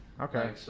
Okay